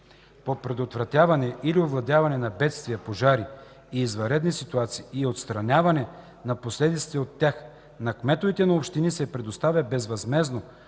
по предотвратяване или овладяване на бедствия, пожари и извънредни ситуации и отстраняване на последиците от тях на кметовете на общини се предоставя безвъзмездно